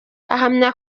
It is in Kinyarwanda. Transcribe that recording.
ahamya